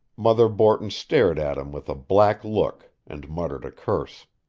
mother borton stared at him with a black look and muttered a curse.